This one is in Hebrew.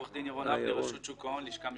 מרשות שוק ההון, הלשכה המשפטית.